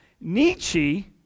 Nietzsche